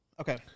okay